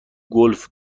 گلف